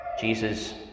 Jesus